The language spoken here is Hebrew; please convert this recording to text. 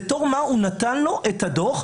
בתור מה הוא נתן לו את הדוח,